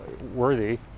worthy